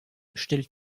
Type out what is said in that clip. stellt